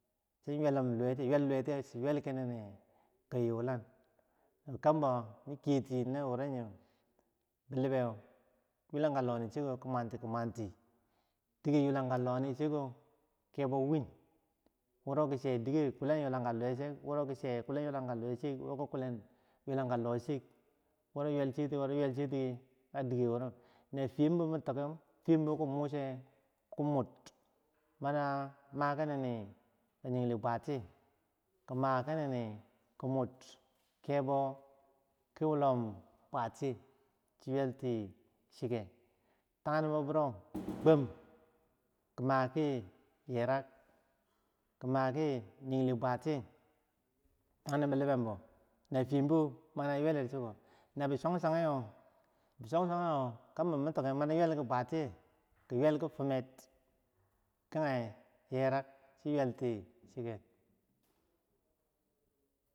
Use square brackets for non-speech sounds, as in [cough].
Chiyan yulum luwi, chi ywel luwe tiyeu chi ywel ki yulang kambo min kiyeti na wunyeu bilibeu loh chew ki mwanti ki mwanti diker yulanka luweh chiko kebo win kowa kidike chi ywelum tiyeh woki che dike yulanka lohchik, wo ywel chiti wo ywel chiti, na firm bo min tokeu firm bo ki bur chew ki mur mana ma kibwatiyeh ki ma ki mur, kebo ki wulom bwatiyeh chi ywelti chike tagnimbo woro [noise] tag nimbo ki ma ki yerang ki mah ki ni bwatiyeh tang nim bilibembo, nafim bo mana yweler chikokage na bi chag chag giyo bi chag chag giyo kambo min tikeu mana ywel ki bwaer tiyeh ki ywel kibi fimer, kage yerag chi ywel ti chike.